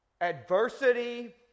Adversity